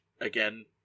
again